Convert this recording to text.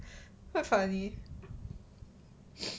quite funny